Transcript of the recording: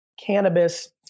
cannabis